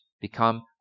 Become